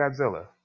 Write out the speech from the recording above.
Godzilla